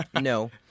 No